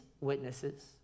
witnesses